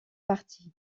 parties